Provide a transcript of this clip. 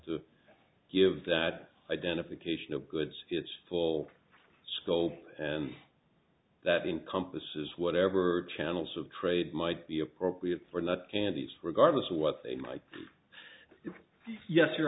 to give that identification of goods it's full scope and that in compass is whatever channels of trade might be appropriate for the candidates regardless of what they might you yes your